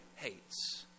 hates